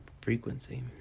frequency